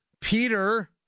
Peter